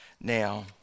Now